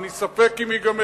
אני ספק אם ייגמר,